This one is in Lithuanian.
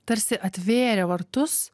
tarsi atvėrė vartus